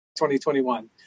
2021